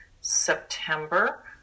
September